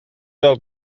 del